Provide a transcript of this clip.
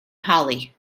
hollie